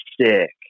sick